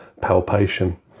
palpation